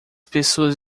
pessoas